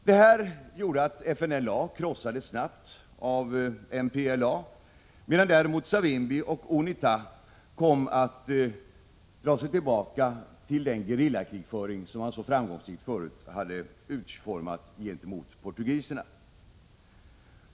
Detta gjorde att FNLA snabbt krossades av MPLA, medan däremot Savimbi och UNITA kom att dra sig tillbaka till den gerillakrigföring som man så framgångsrikt tidigare hade bedrivit mot portugiserna.